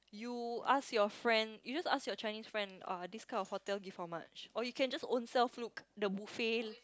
you ask your friend you just ask your Chinese friend uh this kind of hotel give how much or you can just own self look the buffet